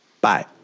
Bye